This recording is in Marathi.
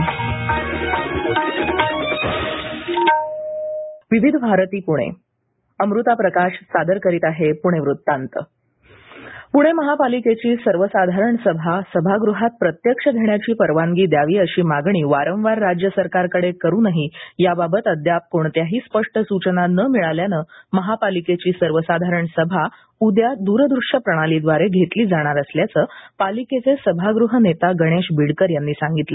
मनपा सर्वसाधारण सभा पूणे महापालिकेची सर्वसाधारण सभा सभागृहात प्रत्यक्ष घेण्याची परवानगी द्यावी अशी मागणी वारवार राज्य सरकारकडे करूनही याबाबत अद्याप कोणत्याही स्पष्ट सूचना न मिळाल्यानं महापालिकेची सर्वसाधारण सभा उद्या द्रदृश्य प्रणालीद्वारे घेतली जाणार असल्याचं पालिकेचे सभागृह नेता गणेश बीडकर यांनी सांगितलं